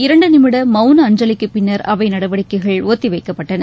இரண்டு நிமிடம் மவுன அஞ்சலிக்கு பின்னா் அவை நடவடிக்கைகள் ஒத்தி வைக்கப்பட்டன